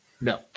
No